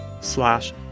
slash